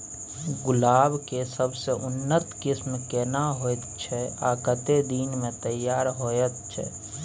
गुलाब के सबसे उन्नत किस्म केना होयत छै आ कतेक दिन में तैयार होयत छै?